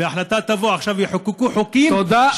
והחלטה תבוא, עכשיו יחוקקו חוקים, תודה.